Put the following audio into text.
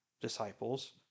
disciples